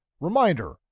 Reminder